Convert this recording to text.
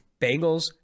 Bengals